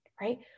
right